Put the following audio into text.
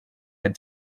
had